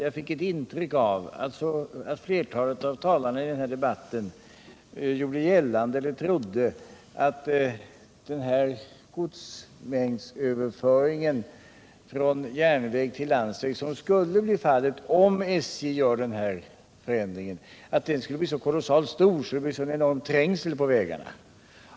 Jag fick ett intryck av att flertalet av talarna i denna debatt gjorde gällande eller trodde att den godsmängd som skulle överföras från järnväg till landsväg, om SJ genomför denna förändring, skulle bli så enormt stor att det skulle bli trängsel på vägarna.